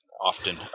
often